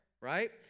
right